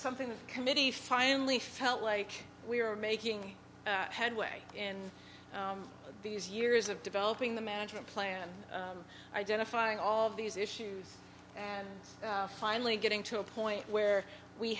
something the committee finally felt like we were making headway in these years of developing the management plan identifying all of these issues and finally getting to a point where we